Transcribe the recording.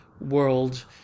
world